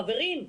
חברים,